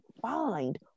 find